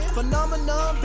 Phenomenon